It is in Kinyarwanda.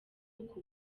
uku